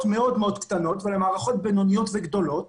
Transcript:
מאוד קטנות ולמערכות בינוניות וגדולות,